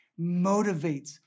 motivates